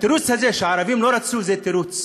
התירוץ הזה שהערבים לא רצו, זה תירוץ.